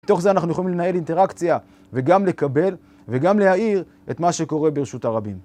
מתוך זה אנחנו יכולים לנהל אינטראקציה וגם לקבל וגם להאיר את מה שקורה ברשות הרבים